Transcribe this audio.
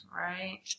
Right